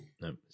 no